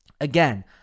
Again